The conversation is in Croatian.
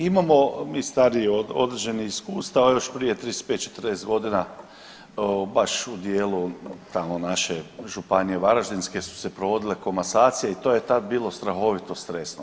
Imamo mi stariji određenih iskustava još prije 35, 40 godina baš u dijelu tamo naše županije Varaždinske su se provodile komasacije i to je tad bilo strahovito stresno.